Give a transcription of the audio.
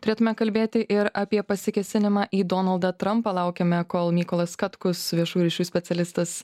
turėtume kalbėti ir apie pasikėsinimą į donaldą trampą laukiame kol mykolas katkus viešųjų ryšių specialistas